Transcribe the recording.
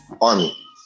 Army